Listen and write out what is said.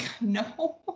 No